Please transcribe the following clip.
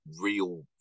real